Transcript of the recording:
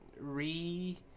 re